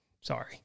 sorry